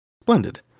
Splendid